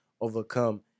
overcome